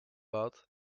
pod